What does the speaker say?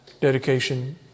dedication